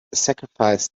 sacrificed